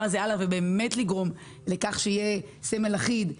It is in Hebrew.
הזה הלאה באמת יגרמו לכך שיהיה סמל אחיד,